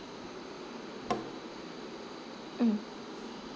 mm